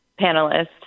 panelists